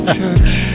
church